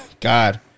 God